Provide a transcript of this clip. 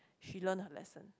she learn her lesson